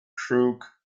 crook